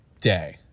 day